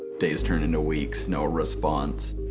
days turned into weeks, no response.